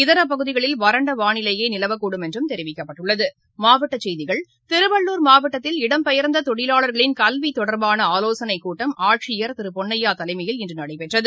இதரப்பகுதிகளில் வறண்டவானிலையேநிலவக்கூடும் என்றுதெரிவிக்கப்பட்டுள்ளது மாவட்டக் செய்திகள் திருவள்ளுர் மாவட்டத்தில் இடம்பெயர்ந்ததொழிலாளர்களின் கல்வித்தொடர்பானஆலோசனைக்கூட்டம் ஆட்சியர் திருபொன்னயாதலைமையில் இன்றுநடைபெற்றது